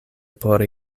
por